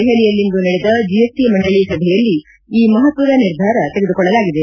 ದೆಹಲಿಯಲ್ಲಿಂದು ನಡೆದ ಜಿಎಸ್ಟಿ ಮಂಡಳಿ ಸಭೆಯಲ್ಲಿ ಈ ಮಹತ್ತದ ನಿರ್ಧಾರ ತೆಗೆದುಕೊಳ್ಳಲಾಗಿದೆ